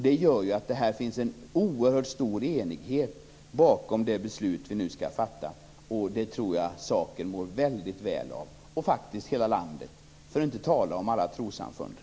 Detta gör att det finns en oerhört stor enighet bakom det beslut som vi nu skall fatta. Jag tror att saken mår väldigt väl av det. Det gäller faktiskt för hela landet, för att inte tala om alla trossamfunden.